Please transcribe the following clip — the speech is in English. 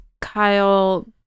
Kyle